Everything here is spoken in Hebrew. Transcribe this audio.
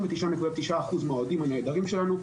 ותשעה נקודה תשעה אחוז מהאוהדים הנהדרים שלנו.